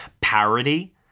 parody